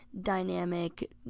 dynamic